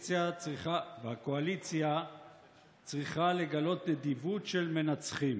ושהקואליציה צריכה לגלות נדיבות של מנצחים.